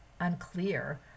unclear